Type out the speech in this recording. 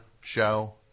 show